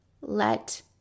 let